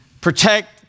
protect